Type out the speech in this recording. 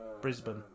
Brisbane